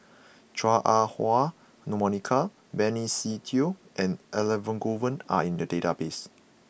Chua Ah Huwa Monica Benny Se Teo and Elangovan are in the database